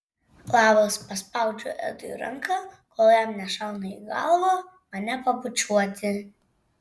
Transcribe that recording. labas paspaudžiu edui ranką kol jam nešauna į galvą mane pabučiuoti